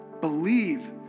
Believe